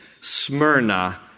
Smyrna